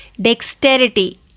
Dexterity